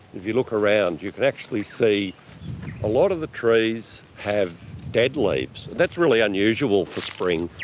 you look around you could actually see a lot of the trees have dead leaves. that's really unusual for spring.